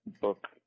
book